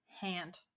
hand